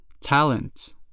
Talent